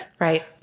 Right